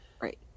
right